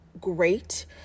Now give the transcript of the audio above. great